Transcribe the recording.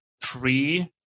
free